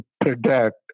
predict